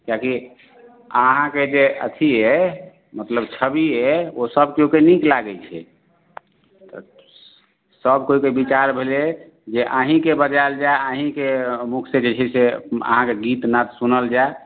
किआकि अहाँके जे अथी अइ मतलब छवि अइ ओ सब केओके नीक लागै छै तऽ सब केओ के विचार भेलै जे अहीँके बजाएल जाए अहीँके मुख से जे छै से अहाँके गीत नाद सुनल जाए